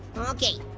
okay,